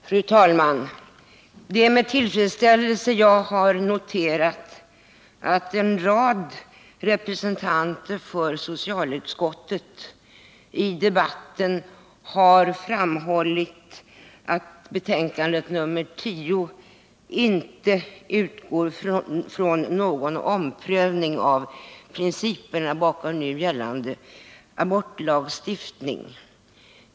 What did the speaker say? Fru talman! Det är med tillfredsställelse som jag har noterat att en rad representanter för socialutskottet i debatten har framhållit att betänkandet 10 inte utgår från någon omprövning av principerna bakom nu gällande abortlagstiftning.